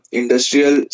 industrial